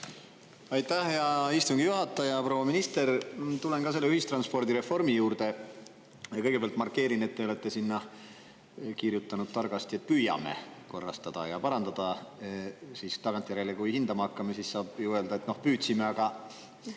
Aitäh, hea istungi juhataja! Proua minister! Tulen ka ühistranspordireformi juurde. Kõigepealt markeerin, et te olete sinna kirjutanud targasti: püüame korrastada ja parandada. Siis tagantjärele, kui hindama hakkame, saab ju öelda, et te püüdsite, aga